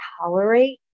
tolerate